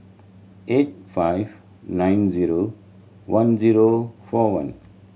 eight five nine zero one zero four one